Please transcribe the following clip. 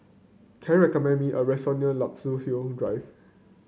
can you recommend me a restaurant near Luxus Hill Drive